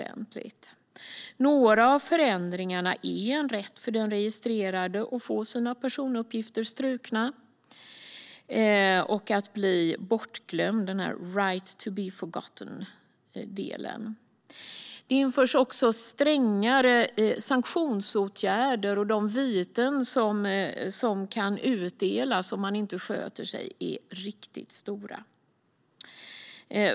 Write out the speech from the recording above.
En av förändringarna är rätten för den registrerade att få sina personuppgifter strukna och att bli bortglömd - the right to be forgotten. Det införs också strängare sanktionsåtgärder. De viten som kan utdömas om man inte sköter sig är riktigt höga.